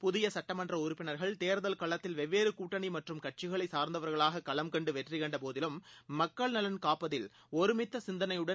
புதியசட்டமன்றஉறுப்பினர்கள் தேர்தல் களத்தில் வெவ்வேறுகூட்டணிமற்றும் கட்சிகளைசாா்ந்தவா்களாககளம்கண்டுவெற்றிகண்டபோதிலும் மக்கள்நலன் காப்பதில் ஒருமித்தசிந்தளையுடன்